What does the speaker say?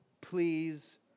please